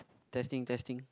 testing testing